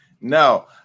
No